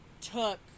took